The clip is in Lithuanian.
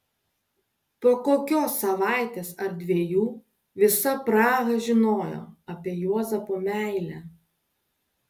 po kokios savaitės ar dviejų visa praha žinojo apie juozapo meilę